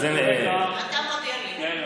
אתה מודיע לי.